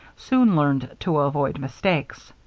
soon learned to avoid mistakes.